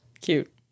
Cute